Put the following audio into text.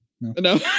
No